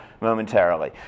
momentarily